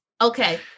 Okay